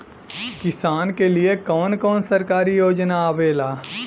किसान के लिए कवन कवन सरकारी योजना आवेला?